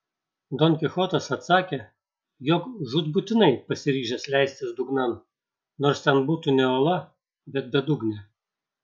don kichotas atsakė jog žūtbūtinai pasiryžęs leistis dugnan nors ten būtų ne ola bet bedugnė